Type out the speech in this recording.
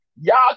y'all